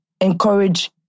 encourage